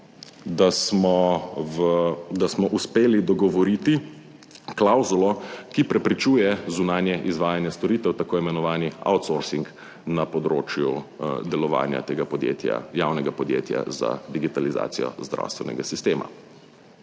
da smo uspeli dogovoriti klavzulo, ki preprečuje zunanje izvajanje storitev, tako imenovani outsourcing na področju delovanja tega podjetja, javnega podjetja za digitalizacijo zdravstvenega sistema.